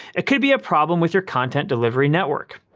it could be a problem with your content delivery network.